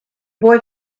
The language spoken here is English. boy